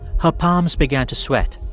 her palms began to sweat.